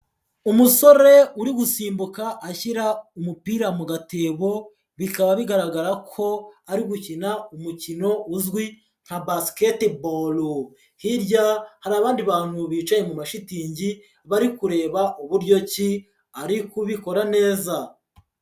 Umusore uri gusimbuka ashyira umupira mu gatebo, bikaba bigaragarako ari gukina umukino uzwi nka basketball, hirya hari abandi bantu bicaye mu mashitingi bari kureba uburyo ki ari kubikora neza.